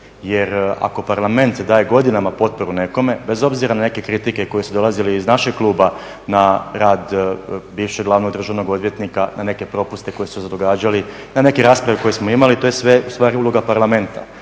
Jer ako parlament daje godinama potporu nekome, bez obzira na neke kritike koje su dolazile iz našeg kluba na rad bivšeg glavnog državnog odvjetnika, na neke propuste koji su se događali, na neke rasprave koje smo imali, to je sve ustvari uloga parlamenta,